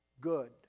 good